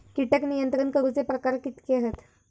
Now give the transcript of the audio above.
कीटक नियंत्रण करूचे प्रकार कितके हत?